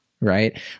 right